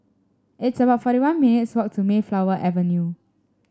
it's about forty one minutes walk to Mayflower Avenue